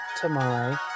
tomorrow